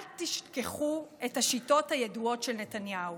אל תשכחו את השיטות הידועות של נתניהו.